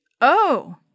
Oh